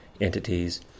entities